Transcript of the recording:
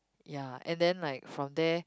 ya and then like from there